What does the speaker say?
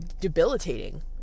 debilitating